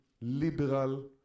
liberal